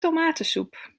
tomatensoep